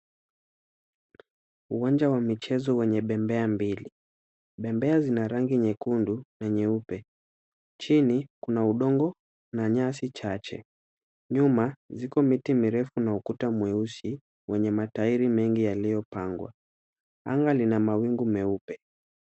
Uwanja wa michezo wenye bembea mbili. Bembea zina rangi nyekundu na nyeupe. Chini kuna udongo na nyasi chache. Nyuma ziko miti mirefu na ukuta mweusi, wenye matairi mengi yaliyopangwa. Anga lina mawingu meupe.